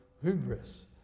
Hubris